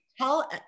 tell